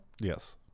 Yes